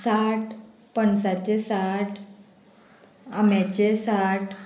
साठ पणसाचें साठ आम्याचें साठ